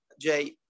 Jay